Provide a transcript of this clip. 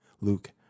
Luke